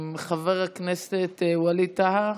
חבר הכנסת ווליד טאהא.